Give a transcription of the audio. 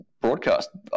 broadcast